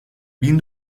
bin